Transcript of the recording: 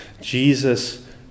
Jesus